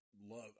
Love